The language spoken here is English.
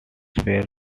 were